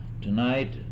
Tonight